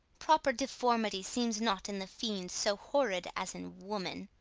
proper deformity seems not in the fiend so horrid as in woman.